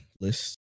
lists